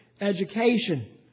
education